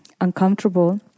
uncomfortable